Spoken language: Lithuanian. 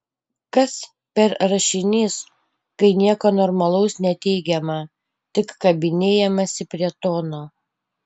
kas per rašinys kai nieko normalaus neteigiama tik kabinėjamasi prie tono